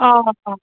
অঁ অঁ